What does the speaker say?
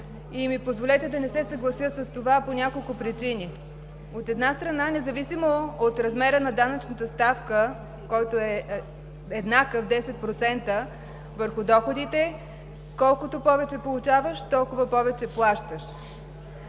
Позволете ми да не се съглася с това по няколко причини. От една страна, независимо от размера на данъчната ставка, който е еднакъв – 10% върху доходите, колкото повече получаваш, толкова повече плащаш.